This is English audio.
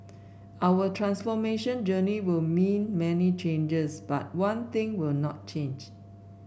our transformation journey will mean many changes but one thing will not change